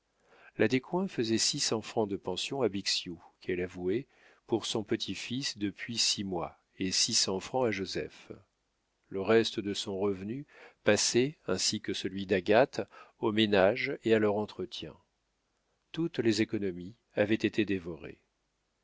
la descoings faisait six cents francs de pension à bixiou qu'elle avouait pour son petit-fils depuis six mois et six cents francs à joseph le reste de son revenu passait ainsi que celui d'agathe au ménage et à leur entretien toutes les économies avaient été dévorées